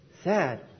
Sad